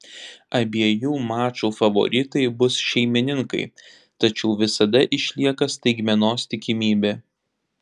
abiejų mačų favoritai bus šeimininkai tačiau visada išlieka staigmenos tikimybė